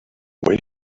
when